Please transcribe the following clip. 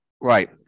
right